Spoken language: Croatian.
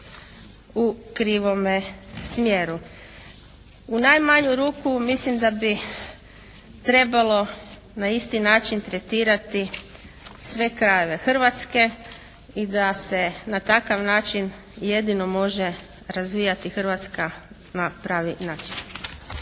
U najmanju ruku mislim da bi trebalo na isti način tretirati sve krajeve Hrvatske, i da se na taj način jedino može razvijati Hrvatska na pravi način.